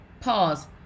Pause